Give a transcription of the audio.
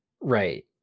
right